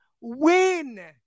win